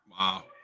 Wow